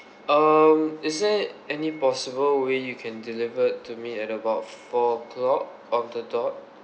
um is there any possible way you can deliver it to me at about four o'clock on the dot